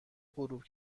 غروب